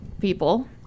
people